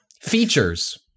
Features